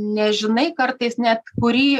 nežinai kartais net kurį